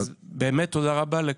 באמת תודה רבה לכל מי שהגיע.